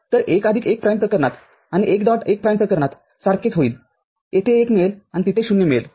तर १ आदिक १ प्राईम प्रकरणात आणि १ डॉट१ प्राईम प्रकरणात सारखेच होईल येथे १ मिळेल आणि तिथे ० मिळेल